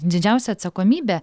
didžiausia atsakomybė